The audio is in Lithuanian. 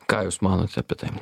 ką jūs manote apie tai